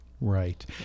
Right